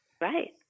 Right